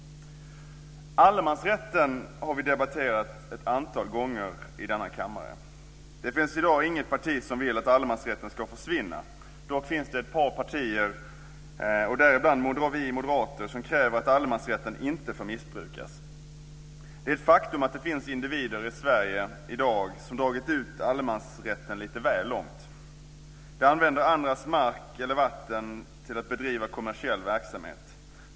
Allemansrätten har vi debatterat ett antal gånger i denna kammare. Det finns i dag inget parti som vill att allemansrätten ska försvinna. Dock finns det ett par partier, däribland vi moderater, som kräver att allemansrätten inte får missbrukas. Det är ett faktum att det finns individer i Sverige i dag som dragit ut allemansrätten lite väl långt. De använder andras mark eller vatten till att bedriva kommersiell verksamhet.